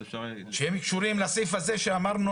אז אפשר --- שהם קשורים לסעיף הזה שאמרנו,